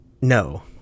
no